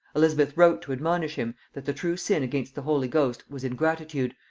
elizabeth wrote to admonish him that the true sin against the holy ghost was ingratitude,